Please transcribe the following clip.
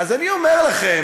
אז אני אומר לכם: